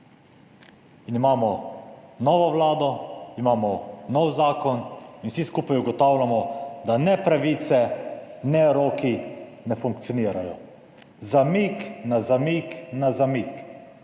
In imamo novo vlado, imamo nov zakon in vsi skupaj ugotavljamo, da ne pravice, ne roki ne funkcionirajo. Zamik na zamik na zamik.